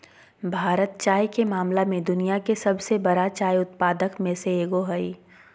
भारत चाय के मामला में दुनिया के सबसे बरा चाय उत्पादक में से एगो हइ